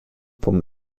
vom